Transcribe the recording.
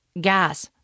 gas